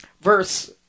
verse